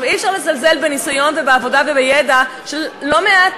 אי-אפשר לזלזל בניסיון ובעבודה ובידע של לא מעט,